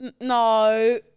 No